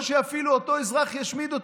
או שאפילו אותו אזרח ישמיד אותו,